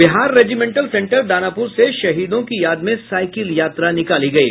Bihar regimental centre Danapur से शहीदों की याद में साइकिल यात्रा निकाली गयी